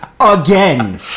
again